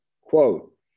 Quote